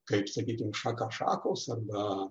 kaip sakykim šaka šakos arba